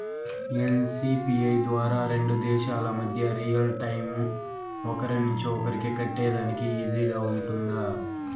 NCPI ద్వారా రెండు దేశాల మధ్య రియల్ టైము ఒకరి నుంచి ఒకరికి కట్టేదానికి ఈజీగా గా ఉంటుందా?